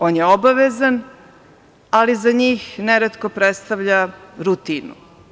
On je obavezan, ali za njih neretko predstavlja rutinu.